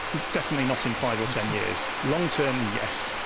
definitely not in five or ten years. long term, yes.